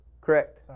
Correct